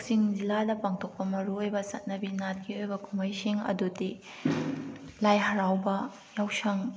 ꯀꯛꯆꯤꯡ ꯖꯤꯂꯥꯗ ꯄꯥꯡꯊꯣꯛꯄ ꯃꯔꯨ ꯑꯣꯏꯕ ꯆꯠꯅꯕꯤ ꯅꯥꯠꯀꯤ ꯑꯣꯏꯕ ꯀꯨꯝꯁꯤꯡ ꯑꯗꯨꯗꯤ ꯂꯥꯏ ꯍꯔꯥꯎꯕ ꯌꯥꯎꯁꯪ